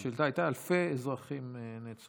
לא, אבל השאילתה הייתה: אלפי אזרחים נעצרו.